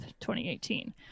2018